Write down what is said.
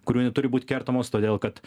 kurių neturi būti kertamos todėl kad